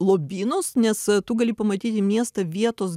lobynus nes tu gali pamatyti miestą vietos